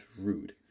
rude